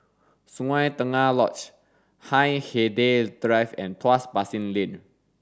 Sungei Tengah Lodge Hindhede Drive and Tuas Basin Lane